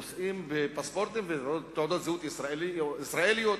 נושאים פספורטים ותעודות זהות ישראליים,